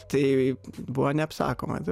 tai buvo neapsakoma